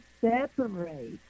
separate